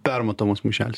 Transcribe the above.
permatomas maišelis